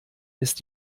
ist